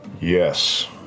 Yes